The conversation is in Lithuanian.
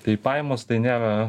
tai pajamos tai nėra